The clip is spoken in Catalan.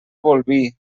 bolvir